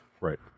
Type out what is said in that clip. Right